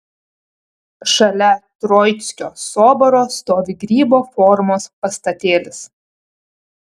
šalia troickio soboro stovi grybo formos pastatėlis